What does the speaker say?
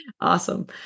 Awesome